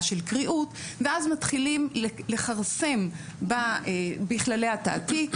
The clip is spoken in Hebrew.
של קריאוּת ואז מתחילים לכרסם בכללי התעתיק.